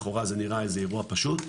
לכאורה זה נראה איזה אירוע פשוט,